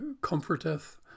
comforteth